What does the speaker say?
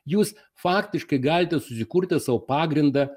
jūs faktiškai galite susikurti sau pagrindą